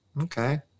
Okay